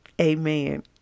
Amen